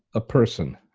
a person,